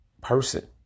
person